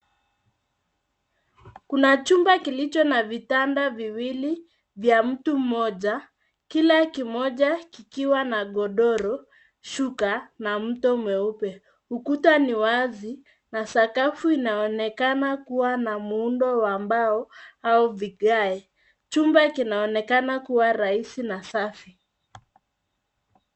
Kuna chumba kilicho na vitanda viwili vya mtu mmoja, kila kimoja kikiwa na godoro, shuka, na mto mweupe. Ukuta ni wazi na sakafu inaonekana kua na muundo wa mbao au vigae. Chumba kinaonekana kua rahisi na safi.